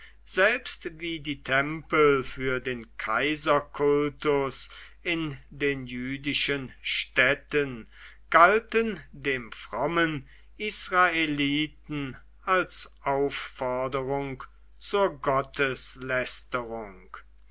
selbst wie die tempel für den kaiserkultus in den jüdischen städten galten dem frommen israeliten als aufforderung zur gotteslästerung